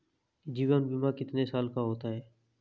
जीवन बीमा कितने साल का होता है?